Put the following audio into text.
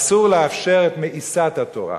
אסור לאפשר את מאיסת התורה.